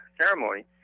ceremony